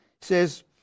says